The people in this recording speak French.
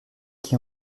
qui